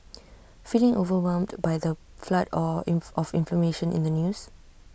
feeling overwhelmed by the flood all in of information in the news